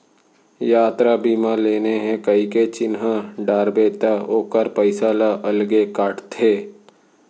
यातरा बीमा लेना हे कइके चिन्हा डारबे त ओकर पइसा ल अलगे काटथे